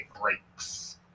breaks